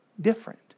different